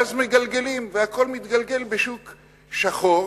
ואז מגלגלים, והכול מתגלגל בשוק שחור